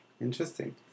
Interesting